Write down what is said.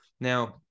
Now